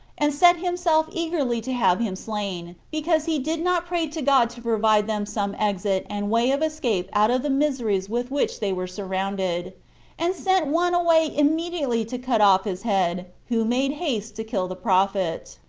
and set himself eagerly to have him slain, because he did not pray to god to provide them some exit and way of escape out of the miseries with which they were surrounded and sent one away immediately to cut off his head, who made haste to kill the prophet.